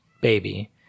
Baby